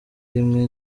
rimwe